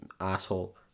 asshole